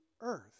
earth